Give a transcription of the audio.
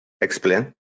Explain